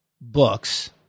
books